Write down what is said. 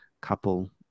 couple